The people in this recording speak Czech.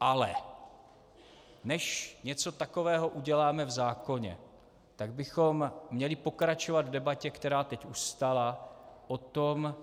Ale než něco takového uděláme v zákoně, tak bychom měli pokračovat v debatě, která teď ustala, o tom,